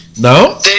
No